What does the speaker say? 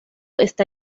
está